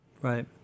right